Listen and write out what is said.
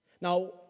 Now